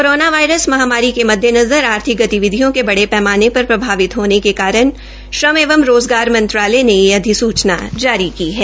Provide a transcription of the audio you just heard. corona virus महामारी के मददेंनजर आर्थिक गतिविधियों के बड़े पैमाने पर प्रभावित होने के कारण श्रम एवं रोजगार मंत्रालय ने यह अधिसुचना जारी की है